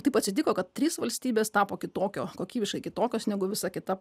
taip atsitiko kad trys valstybės tapo kitokio kokybiškai kitokios negu visa kita